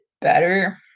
better